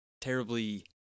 terribly